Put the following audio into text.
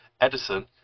Edison